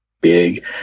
big